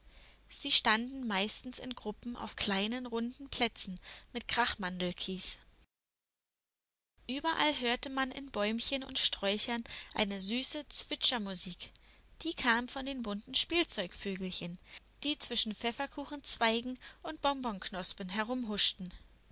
sie standen meistens in gruppen auf kleinen runden plätzen mit krachmandelkies überall hörte man in bäumchen und sträuchern eine süße zwitschermusik die kam von den bunten spielzeugvögelchen die zwischen pfefferkuchenzweigen und bonbonknospen